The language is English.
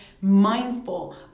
mindful